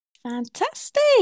Fantastic